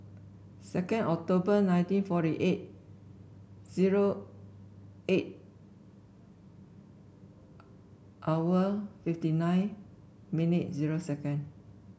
second October nineteen forty eight zero eight hour fifty nine minute zero second